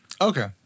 Okay